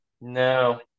No